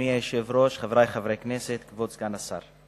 היושב-ראש, חברי חברי הכנסת, כבוד סגן השר,